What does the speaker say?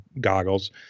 goggles